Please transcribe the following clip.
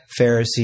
Pharisee